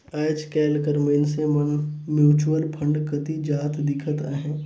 आएज काएल कर मइनसे मन म्युचुअल फंड कती जात दिखत अहें